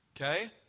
Okay